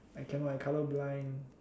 I cannot I color blind